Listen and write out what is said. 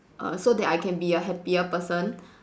uh so that I can be a happier person